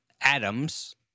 atoms